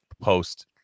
post